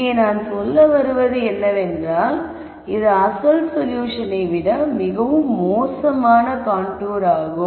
இங்கே நான் சொல்ல வருவது என்னவென்றால் இது அசல் சொல்யூஷனை விட மிகவும் மோசமான ஒரு கான்டூர் ஆகும்